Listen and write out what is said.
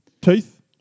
Teeth